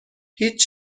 هیچ